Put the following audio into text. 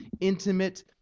intimate